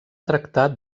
tractar